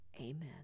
Amen